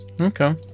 Okay